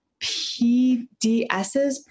PDSs